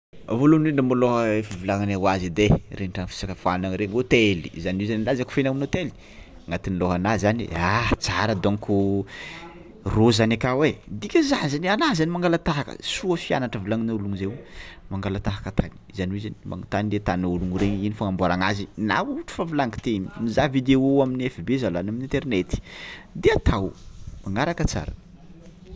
Vôloagny indrindra môlô volagniny ho azy edy regny fisakafoangnana regny hôtely zany hoe zany anao milaza fo agnatiny hôtely, agnatin'ny lohana zany ha tsara dônko rô zany akao e dikan'izany anao zany mangala tahaka soa fianatra volangnin'olo zeo mangala tahaka zany hoe zany magnotagny le atan'olo regny ino fagnamboarana azy na ôhatra fa volagniko teo igny mizaha vidéo amin'ny fb zala na amy internet de atao magnaraka tsara.